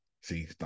See